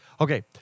Okay